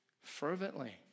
fervently